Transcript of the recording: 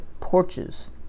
porches